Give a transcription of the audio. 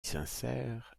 sincère